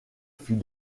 fut